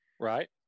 Right